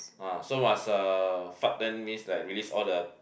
ah so must uh fart then means like release all the